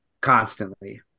constantly